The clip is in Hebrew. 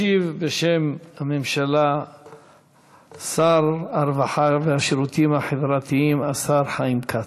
ישיב בשם הממשלה שר הרווחה והשירותים החברתיים חיים כץ.